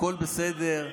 הכול בסדר,